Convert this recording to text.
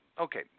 okay